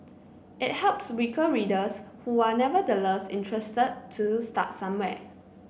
it helps weaker readers who are nevertheless interested to start somewhere